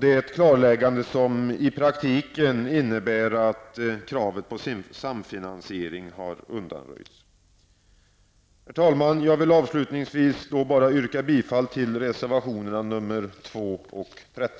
Detta klarläggande innebär i praktiken att kravet på samfinansiering har undanröjts. Herr talman! Avslutningsvis yrkar jag bifall till reservationerna 2 och 13.